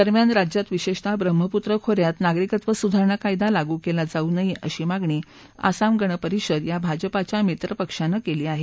दरम्यान राज्यात विशेषतः ब्रम्हपुत्र खोऱ्यात नागरिकत्व सुधारणा कायदा लागू केला जाऊ नये अशी मागणी आसाम गण परिषद या भाजपाच्या मित्रपक्षानं केली आहे